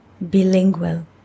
bilingual